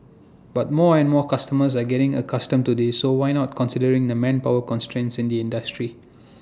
but more and more customers are getting accustomed to this so why not considering the manpower constraints in the industry